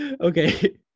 Okay